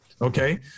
Okay